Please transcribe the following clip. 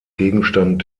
gegenstand